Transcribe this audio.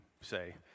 say